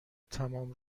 تمام